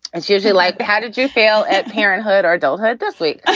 it's usually like, how did you fail at parenthood or adulthood this week?